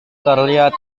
terlihat